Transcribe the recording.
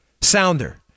sounder